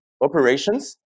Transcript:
operations